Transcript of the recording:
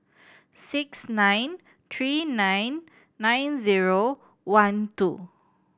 six nine three nine nine zero one two